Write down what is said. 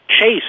Chase